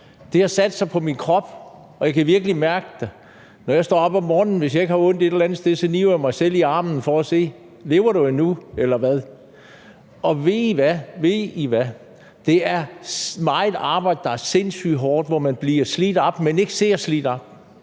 Det har sat sig på min krop, og jeg kan virkelig mærke det. Når jeg står op om morgenen og jeg ikke har ondt et eller andet sted, niver jeg mig selv i armen for at se: Lever du endnu, eller hvad? Og ved I hvad, der er meget arbejde, der er sindssygt hårdt, og hvor man bliver slidt op, men ikke ser slidt ud.